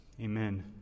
Amen